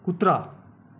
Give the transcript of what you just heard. कुत्रा